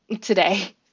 today